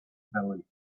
belly